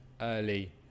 early